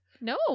No